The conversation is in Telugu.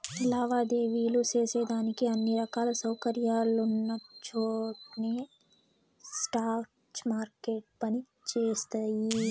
లావాదేవీలు సేసేదానికి అన్ని రకాల సౌకర్యాలున్నచోట్నే స్పాట్ మార్కెట్లు పని జేస్తయి